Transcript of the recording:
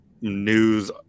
news